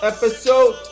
Episode